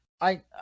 I-